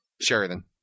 Sheridan